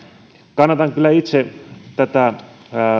kannatan kyllä itse tätä